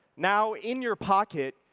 now in your pocket,